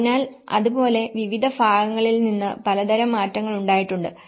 അതിനാൽ അത് പോലെ വിവിധ വിഭാഗങ്ങളിൽ നിന്ന് പലതരം മാറ്റങ്ങൾ ഉണ്ടായിട്ടുണ്ട്